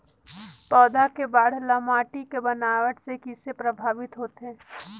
पौधा के बाढ़ ल माटी के बनावट से किसे प्रभावित होथे?